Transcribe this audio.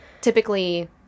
typically